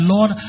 Lord